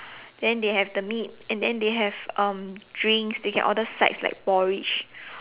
then they have the meat and then they have um drinks then you can order sides like porridge